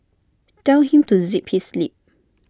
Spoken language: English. tell him to zip his lip